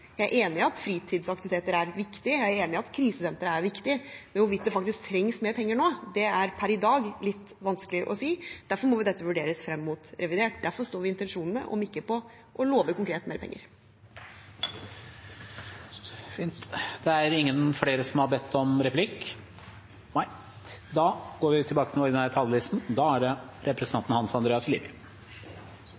Jeg er enig i at fritidsaktiviteter er viktig. Jeg er enig i at krisesentre er viktig. Men hvorvidt det faktisk trengs mer penger nå, er per i dag litt vanskelig å si. Derfor må dette vurderes frem mot revidert. Jeg forstår intensjonene – om ikke på å love konkret mer penger. Replikkordskiftet er omme. At Stortinget nå blir enig om å bevilge mer penger for å hjelpe flyktninger og styrke Forsvaret, er